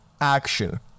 action